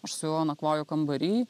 aš su juo nakvoju kambary